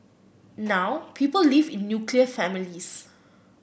now people live in nuclear families